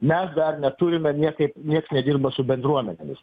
mes dar neturime niekaip nieks nedirba su bendruomenėmis